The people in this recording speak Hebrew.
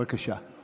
בבקשה.